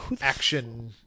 action